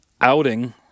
outing